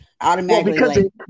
automatically